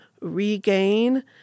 regain